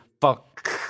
fuck